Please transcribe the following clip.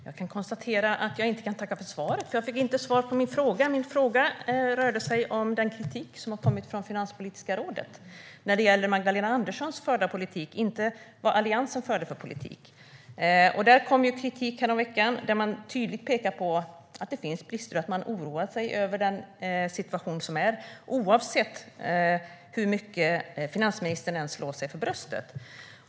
Herr talman! Jag kan konstatera att jag inte kan tacka för svaret. Jag fick nämligen inte svar på min fråga. Min fråga rörde den kritik som har kommit från Finanspolitiska rådet när det gäller den politik som Magdalena Andersson för - det handlar inte om vad Alliansen förde för politik. Det kom kritik häromveckan där man tydligt pekar på att det finns brister. Man oroar sig över den situation som är, hur mycket finansministern än slår sig för bröstet.